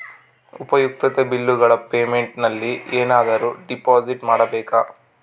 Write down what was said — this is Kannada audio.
ಉಪಯುಕ್ತತೆ ಬಿಲ್ಲುಗಳ ಪೇಮೆಂಟ್ ನಲ್ಲಿ ಏನಾದರೂ ಡಿಪಾಸಿಟ್ ಮಾಡಬೇಕಾ?